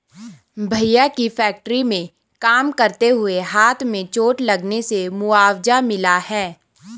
भैया के फैक्ट्री में काम करते हुए हाथ में चोट लगने से मुआवजा मिला हैं